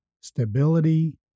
stability